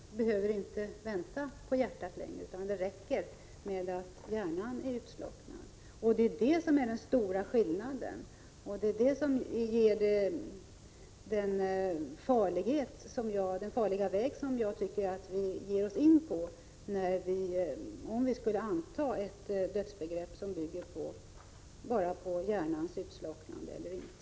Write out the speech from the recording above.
Vi har ännu inte haft det förhållandet att man inte behöver vänta på att hjärtat skall sluta slå, utan att det räcker med att hjärnan är utslocknad. Det är det som är den stora skillnaden. Jag tycker att vi ger oss in på en farlig väg, om vi skulle anta ett dödsbegrepp som bara bygger på hjärnans utslocknande.